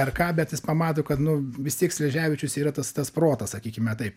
ar ką bet jis pamato kad nu vis tiek sleževičius yra tas tas protas sakykime taip